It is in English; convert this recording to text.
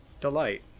Delight